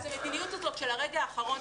אז המדיניות הזאת של הרגע האחרון,